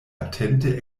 atente